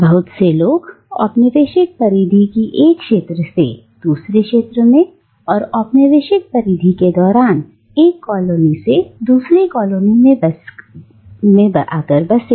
बहुत से लोग औपनिवेशिक परिधि की एक क्षेत्र से दूसरे क्षेत्र में और औपनिवेशिक परिधि के दौरान एक कॉलोनी से दूसरी कॉलोनी में बस करें